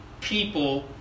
people